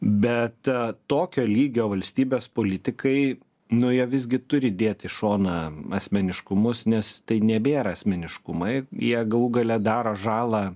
bet tokio lygio valstybės politikai nu jie visgi turi dėt į šoną asmeniškumus nes tai nebėra asmeniškumai jie galų gale daro žalą